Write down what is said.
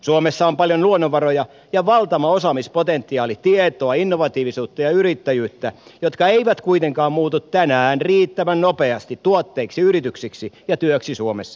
suomessa on paljon luonnonvaroja ja valtava osaamispotentiaali tietoa innovatiivisuutta ja yrittäjyyttä jotka eivät kuitenkaan muutu tänään riittävän nopeasti tuotteiksi yrityksiksi ja työksi suomessa